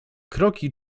kroki